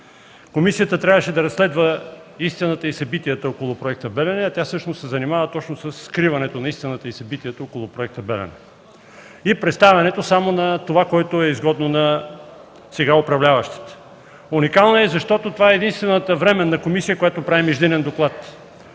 Тя трябваше да разследва истината и събитията около проекта „Белене”, а всъщност се занимава точно със скриване на истината и събитията около проекта „Белене” и представянето само на това, което е изгодно на сега управляващите. Уникална е и защото това е единствената временна комисия, която прави междинен доклад.